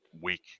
week